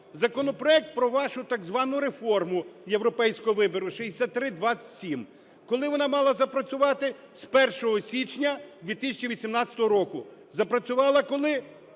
Законопроект про вашу так звану реформу європейського вибору 6327. Коли вона мала запрацювати? З 1 січня 2018 року. Запрацювала коли?